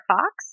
Fox